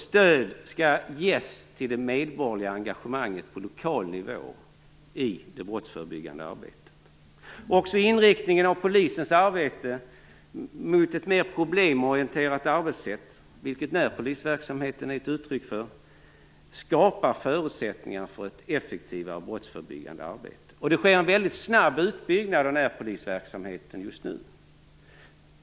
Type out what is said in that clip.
Stöd skall ges till det medborgerliga engagemanget på lokal nivå i det brottsförebyggande arbetet. Också inriktningen av polisens arbete mot ett mer problemorienterat arbetssätt, vilket närpolisverksamheten är ett uttryck för, skapar förutsättningar för ett effektivare brottsförebyggande arbete. Det sker en väldigt snabb utbyggnad av närpolisverksamheten just nu.